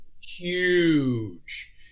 huge